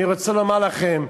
אני רוצה לומר לכם: